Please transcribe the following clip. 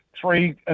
three